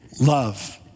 love